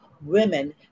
women